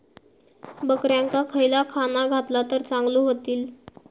बकऱ्यांका खयला खाणा घातला तर चांगल्यो व्हतील?